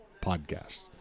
podcasts